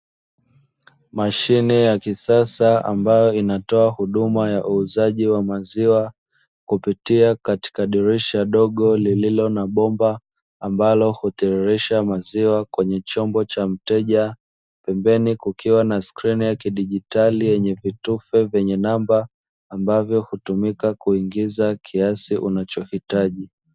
Mashine ya kisasa ambayo inatoa huduma ya uuzaji wa maziwa, kupitia katika dirisha dogo lililo na bomba ambalo hutirirsha maziwa katika chombo cha mteja pembeni kukiwa na kioo cha kidigitali chenye vitufe, vyenye namba ambavyo hutumika kuingiza kiasi unachokihitaji.